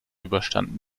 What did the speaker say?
überstanden